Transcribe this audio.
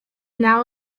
now